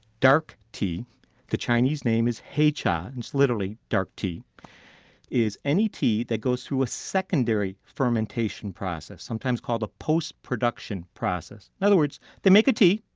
dark tea the chinese name is hei cha, and literally dark tea is any tea that goes through a secondary fermentation process, sometimes called a post-production process. in other words, they make a tea,